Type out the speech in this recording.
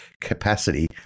capacity